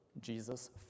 Jesus